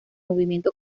movimiento